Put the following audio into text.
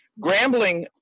Grambling